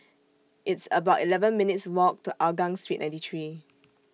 It's about eleven minutes' Walk to Hougang Street ninety three